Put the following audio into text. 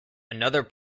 another